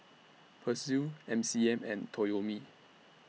Persil M C M and Toyomi